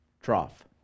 trough